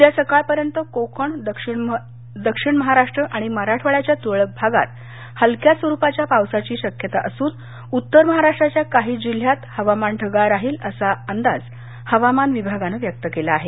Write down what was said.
उद्या सकाळपर्यंत कोकण दक्षिण मध्य महाराष्ट्र आणि मराठवाड्याच्या तुरळक भागात हलक्या स्वरूपाच्या पावसाची शक्यता असून उत्तर महाराष्ट्राच्या काही जिल्ह्यात हवामान ढगाळ राहील असा अंदाज हवामान विभागनं व्यक्त केला आहे